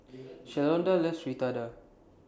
Shalonda loves Fritada